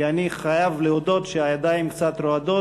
כי אני חייב להודות שהידיים קצת רועדות.